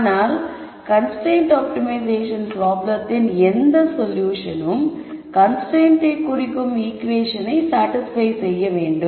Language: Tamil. ஆனால் கன்ஸ்ரைன்ட் ஆப்டிமைசேஷன் பிராப்ளத்தின் எந்த சொல்யூஷனும் கன்ஸ்ரைன்ட்டை குறிக்கும் ஈகுவேஷனை சாடிஸ்பய் செய்ய வேண்டும்